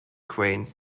quaint